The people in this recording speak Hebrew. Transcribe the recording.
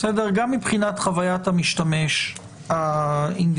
גם מבחינת חוויית המשתמש האינדיבידואל,